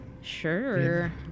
Sure